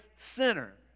Sinner